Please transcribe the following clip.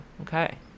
okay